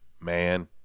Man